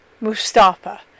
Mustafa